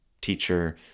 teacher